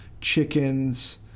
chickens